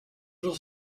durch